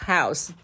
House